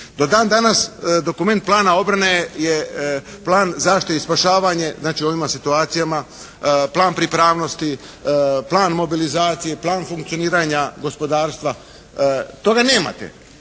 Do dan danas dokument plana obrane je plan zaštite i spašavanje znači u ovim situacijama plan pripravnosti, plan mobilizacije, plan funkcioniranja gospodarstva. Toga nemate.